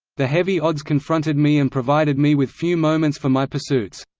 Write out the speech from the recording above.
the heavy odds confronted me and provided me with few moments for my pursuits.